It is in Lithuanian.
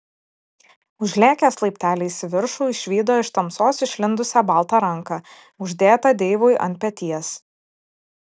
užlėkęs laipteliais į viršų išvydo iš tamsos išlindusią baltą ranką uždėtą deivui ant peties